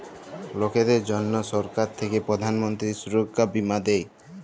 লকদের জনহ সরকার থাক্যে প্রধান মন্ত্রী সুরক্ষা বীমা দেয়